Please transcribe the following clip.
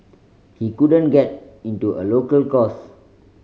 he couldn't get into a local course